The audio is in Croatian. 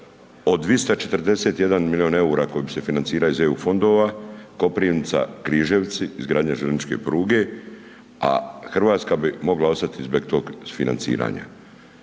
od 241 milion EUR-a kojim se financira iz EU fondova Koprivnica – Križevci izgradnja željezničke pruge, a Hrvatska bi mogla ostati bez tog financiranja.